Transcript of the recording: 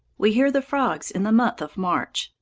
we hear the frogs in the month of march.